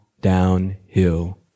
downhill